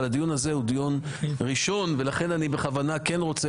אבל הדיון הזה הוא דיון ראשון ולכן אני בכוונה כן רוצה